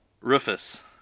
rufus